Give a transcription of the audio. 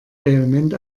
vehement